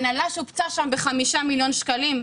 ההנהלה שופצה שם ב-5 מיליון שקלים,